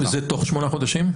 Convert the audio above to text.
וזה תוך שמונה חודשים?